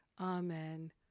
Amen